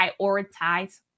prioritize